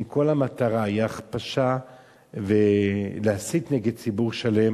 אם כל המטרה היא הכפשה ולהסית נגד ציבור שלם,